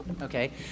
Okay